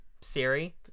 siri